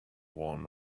one